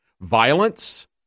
violence